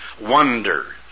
wonders